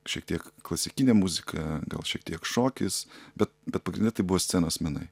šiek tiek klasikinė muzika gal šiek tiek šokis bet bet pagrinde tai buvo scenos menai